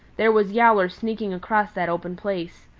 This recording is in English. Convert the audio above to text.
there was yowler sneaking across that open place.